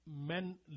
men